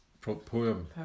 poem